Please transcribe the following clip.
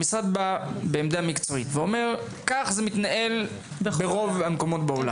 המשרד בא עם עמדה מקצועית ואומר שכך זה מתנהל ברוב המקומות בעולם.